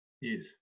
Yes